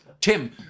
Tim